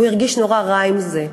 הוא הרגיש נורא רע עם זה.